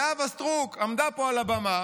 זהבה סטרוק עמדה פה על הבמה